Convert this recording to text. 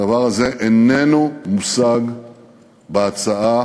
הדבר הזה איננו מושג בהצעה